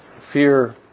fear